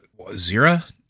Zira